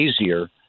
easier